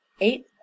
Eight